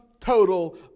total